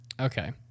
okay